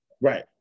right